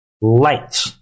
light